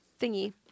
thingy